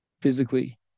physically